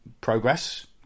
Progress